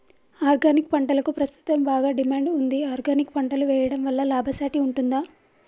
Organic పంటలకు ప్రస్తుతం బాగా డిమాండ్ ఉంది ఆర్గానిక్ పంటలు వేయడం వల్ల లాభసాటి ఉంటుందా?